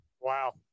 Wow